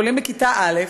עולים לכיתה א'